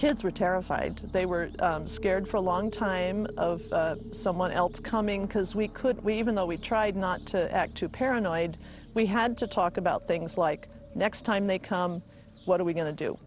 kids were terrified they were scared for a long time of someone else coming because we could we even though we tried not to act too paranoid we had to talk about things like next time they come what are we going to do